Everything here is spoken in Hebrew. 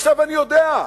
עכשיו אני יודע: